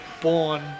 born